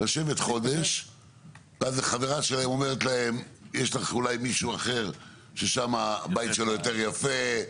לשבת חודש ואז החברה שלהם אומרת להם שיש מישהו אחר שהבית שלו יותר יפה,